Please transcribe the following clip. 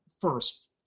first